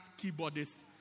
keyboardist